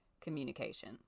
communication